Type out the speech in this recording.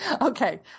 Okay